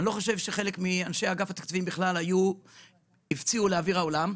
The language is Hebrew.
לדעתי לפני שחלק מאנשי אגף התקציבים הפציעו לאוויר העולם,